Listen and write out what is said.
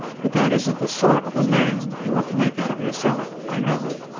but that isn't the sort of a man you want to make out of yourself. i know.